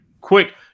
quick